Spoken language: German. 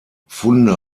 funde